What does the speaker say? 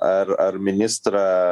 ar ar ministrą